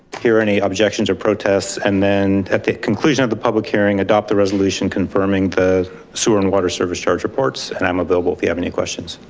hear any objections or protests. and then at the conclusion of the public hearing, adopt a resolution confirming the sewer and water service charge reports. and i'm available if you have any questions.